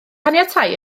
caniatáu